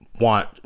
want